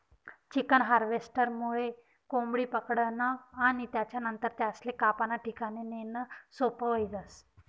chicken हार्वेस्टरमुये कोंबडी पकडनं आणि त्यानंतर त्यासले कापाना ठिकाणे नेणं सोपं व्हयी जास